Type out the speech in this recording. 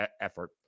effort